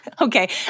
Okay